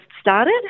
started